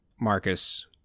marcus